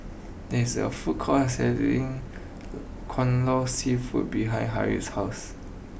there is a food court selling Kai Lan Seafood behind Harlie's house